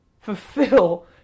fulfill